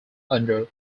under